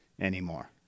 anymore